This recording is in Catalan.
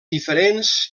diferents